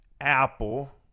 Apple